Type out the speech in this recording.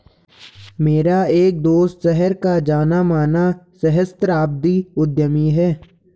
मेरा एक दोस्त शहर का जाना माना सहस्त्राब्दी उद्यमी है